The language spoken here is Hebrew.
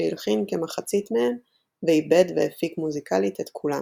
שהלחין כמחצית מהם ועיבד והפיק מוזיקלית את כולם.